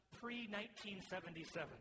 pre-1977